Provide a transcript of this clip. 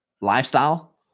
lifestyle